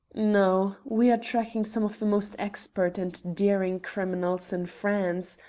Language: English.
no we are tracking some of the most expert and daring criminals in france.